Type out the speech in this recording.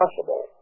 possible